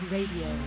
Radio